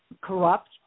corrupt